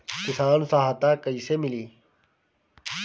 किसान सहायता कईसे मिली?